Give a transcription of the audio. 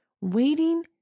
waiting